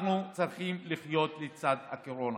אנחנו צריכים לחיות לצד הקורונה,